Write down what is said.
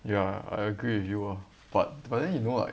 ya I agree with you orh but but then you know like